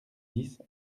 dix